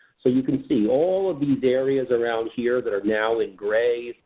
so you can see all of these areas around here that are now in gray,